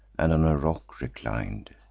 and on a rock reclin'd.